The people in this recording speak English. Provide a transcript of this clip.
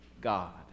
God